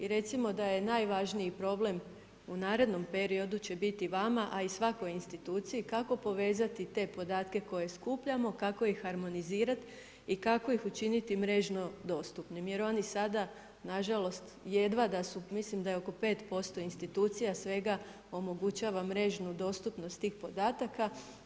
I recimo da je najvažniji problem u narednom periodu će biti vama, a i svakoj instituciji kako povezati te podatke koje skupljamo, kako ih harmonizirati i kako ih učiniti mrežno dostupnim jer oni sada nažalost jedva, mislim da je oko 5% institucija svega omogućava mrežnu dostupnost tih podataka.